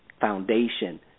foundation